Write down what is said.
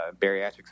bariatric